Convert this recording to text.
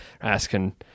asking